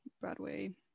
Broadway